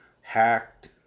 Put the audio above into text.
hacked